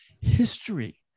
history